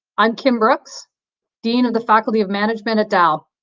i'm kim brooks dean of the faculty of management at dal.